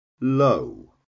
low